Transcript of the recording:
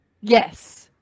Yes